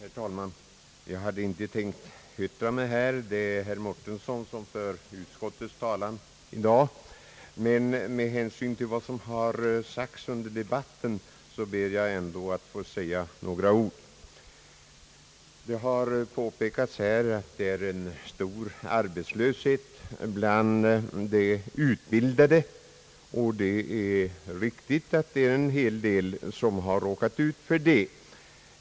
Herr talman! Jag hade inte tänkt yttra mig, eftersom det är herr Mårtensson som för utskottets talan i dag. Men med hänsyn till vad som sagts under debatten ber jag ändå att få säga några ord. Det har här påpekats att det råder stor arbetslöshet bland de utbildade, och det är riktigt att det är en hel del som råkat i denna situation.